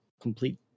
complete